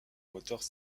moteurs